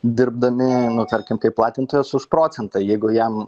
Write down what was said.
dirbdami nu tarkim kaip platintojas už procentą jeigu jam